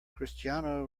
cristiano